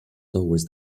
towards